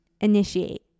Initiate